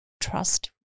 trust